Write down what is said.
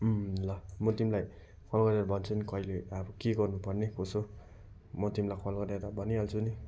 ल म तिमीलाई कल गरेर भन्छु नि कहिले अब के गर्नुपर्ने कसो म तिमीलाई कल गरेर भनिहाल्छु नि